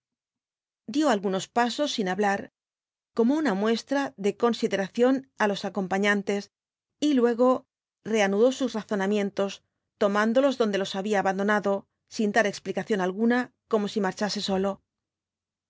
dio algunos pasos sin hablar como una muestra de consideración á los acompañantes y luego reanudó sus razonamientos tomándolos donde los había abandonado sin dar explicación alguna como si marchase solo